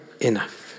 enough